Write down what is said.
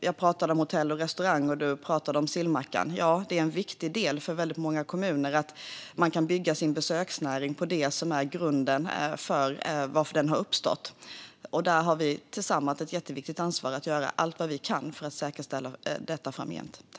Jag pratade om hotell och restaurang och Magnus Oscarsson pratade om sillmackan - ja, det är viktigt för många kommuner att man kan bygga sin besöksnäring på det som är grunden till varför den har uppstått. Vi har tillsammans ett viktigt ansvar att göra allt vad vi kan för att säkerställa detta framgent.